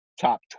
top